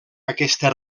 aquesta